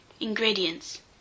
Ingredients